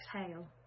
exhale